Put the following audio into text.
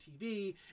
TV